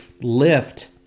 lift